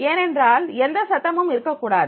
ஏனென்றால் எந்த சத்தமும் இருக்கக்கூடாது